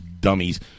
dummies